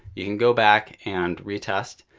you can go back and retest,